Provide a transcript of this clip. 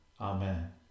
Amen